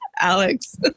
Alex